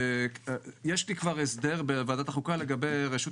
יש לי כבר הסדר בוועדת החוקה לגבי רשות